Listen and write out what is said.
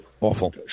awful